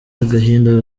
agahinda